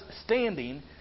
standing